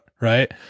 Right